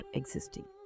existing